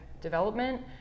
development